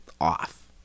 off